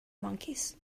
monkeys